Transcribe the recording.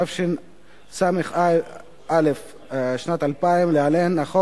תשס"א 2000, להלן: החוק,